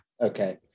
Okay